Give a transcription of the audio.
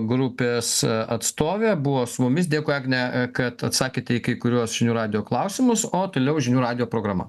grupės atstovė buvo su mumis dėkui agne kad atsakėte į kai kuriuos žinių radijo klausimus o toliau žinių radijo programa